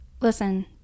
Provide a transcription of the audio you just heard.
Listen